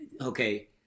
okay